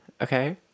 okay